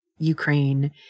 Ukraine